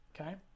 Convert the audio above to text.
Okay